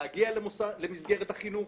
להגיע למסגרת החינוך,